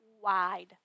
wide